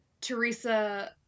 Teresa